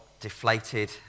deflated